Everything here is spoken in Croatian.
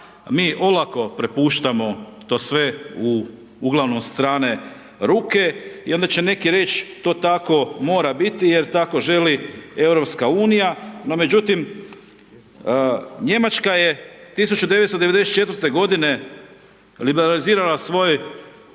Mi olako prepuštamo to sve u uglavnom strane ruke i onda će neki reć to tako mora biti jer tako želi EU no međutim Njemačka je 1994. g. liberalizirala svoj